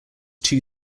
too